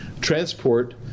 transport